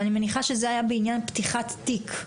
ואני מניחה שזה היה בעניין פתיחת תיק.